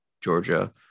Georgia